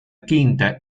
quinta